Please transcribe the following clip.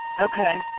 Okay